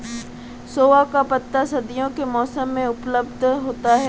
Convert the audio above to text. सोआ का पत्ता सर्दियों के मौसम में उपलब्ध होता है